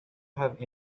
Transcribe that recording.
have